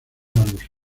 largos